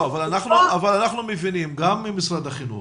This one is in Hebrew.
אבל אנחנו מבינים גם ממשרד החינוך